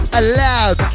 allowed